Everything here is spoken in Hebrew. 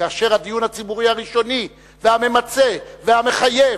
כאשר הדיון הציבורי הראשוני והממצה והמחייב,